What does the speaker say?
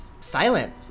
silent